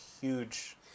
huge